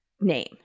name